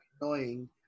annoying